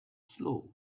slow